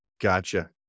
Gotcha